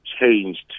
changed